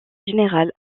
générale